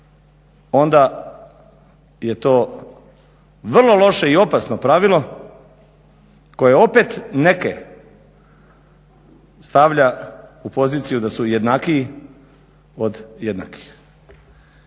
onda je to vrlo loše i opasno pravilo koje opet neke stavlja u poziciju da su jednakiji od jednakih.